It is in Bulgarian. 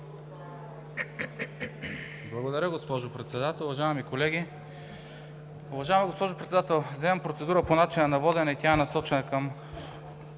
Благодаря Ви, госпожо Председател. Уважаеми колеги! Уважаема госпожо Председател, вземам процедура по начина на водене и тя е насочена към